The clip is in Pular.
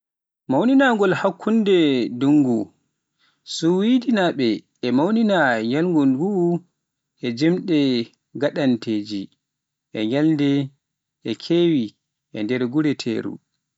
Mawningol hakkunde ndunngu. Suwednaaɓe e mawnina ñalngu nguu e jimɗi gaadanteeji, e ñalɗi, e keewi e nder gure teeru.